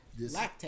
lactate